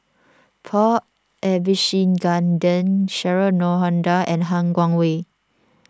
Paul Abisheganaden Cheryl Noronha and Han Guangwei